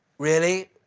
really?